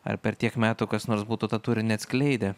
ar per tiek metų kas nors būtų tą turinį atskleidę